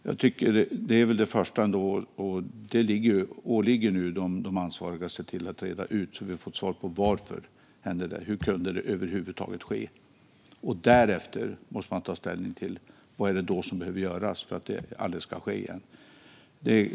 Detta är det första, och det åligger nu de ansvariga att reda ut, så att vi får svar på varför. Hur kunde det över huvud taget ske? Därefter måste man ta ställning till vad som behöver göras för att det aldrig ska ske igen.